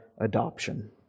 adoption